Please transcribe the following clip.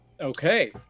okay